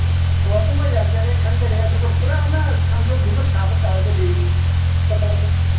ꯑꯣ ꯑꯗꯨꯃ ꯌꯥꯖꯔꯦ ꯈꯪꯖꯔꯦ ꯑꯗꯨꯒ ꯄꯨꯔꯥ ꯑꯣꯏꯅ ꯊꯥꯡꯖꯧꯗꯨꯃ ꯁꯥꯕ ꯇꯥꯔꯒꯗꯤ